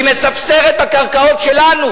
היא מספסרת בקרקעות שלנו,